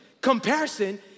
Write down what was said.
Comparison